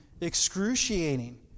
excruciating